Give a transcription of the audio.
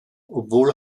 obwohl